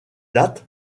date